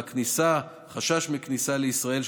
והכניסה של וריאנט לישראל,